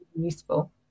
useful